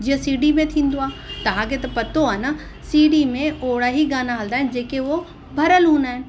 जीअं C D में थींदो आहे तव्हां खे त पतो आहे न सी डी में ओड़ा ई गाना हलंदा आहिनि जेके उहो भरियल हूंदा आहिनि